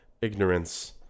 ignorance